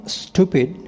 stupid